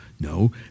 No